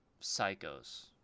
psychos